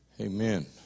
Amen